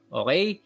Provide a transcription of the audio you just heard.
okay